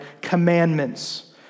Commandments